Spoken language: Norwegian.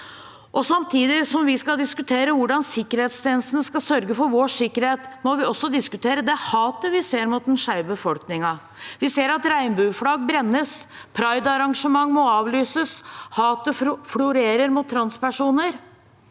Samtidig som vi skal diskutere hvordan sikkerhetstjenestene skal sørge for vår sikkerhet, må vi også diskutere det hatet vi ser mot den skeive befolkningen. Vi ser at regnbueflagg brennes, pridearrangement må avlyses, og hatet florerer mot transpersoner.